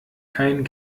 kein